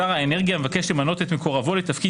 שר האנרגיה מבקש למנות את מקורבו לתפקיד